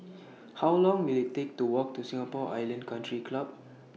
How Long Will IT Take to Walk to Singapore Island Country Club